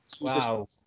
Wow